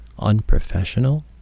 unprofessional